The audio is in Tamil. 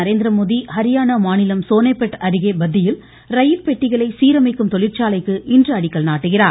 நரேந்திரமோடி ஹரியானா மாநிலம் சோனேபட் அருகே பத்தியில் ரயில்பெட்டிகளை சீரமைக்கும் தொழிற்சாலைக்கு இன்று அடிக்கல் நாட்டுகிறார்